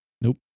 Nope